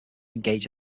engaged